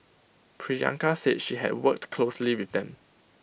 Priyanka said she had worked closely with them